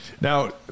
Now